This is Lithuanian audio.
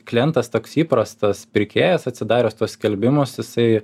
klientas toks įprastas pirkėjas atsidaręs tuos skelbimus jisai